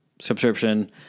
subscription